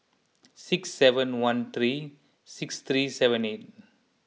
six seven one three six three seven eight